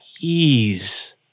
ease